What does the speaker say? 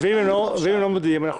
ואם הם לא מודיעים אנחנו